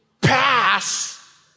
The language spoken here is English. pass